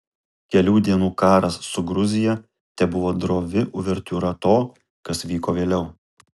kelių dienų karas su gruzija tebuvo drovi uvertiūra to kas vyko vėliau